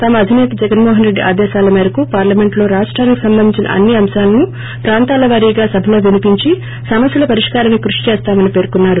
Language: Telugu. తమ అధినేత జగన్మోహన్ రెడ్డి ఆదేశాల మేరకు పార్లమెంట్లో రాష్టానికి సంబంధించిన అన్ని అంశాలను ప్రాంతాల వారీగా సభలో వినిపించి సమస్యల పరిష్కారానికి కృషి చేస్తామని పేర్కొన్సారు